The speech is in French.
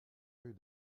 rue